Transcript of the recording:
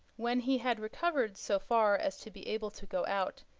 when he had recovered so far as to be able to go out,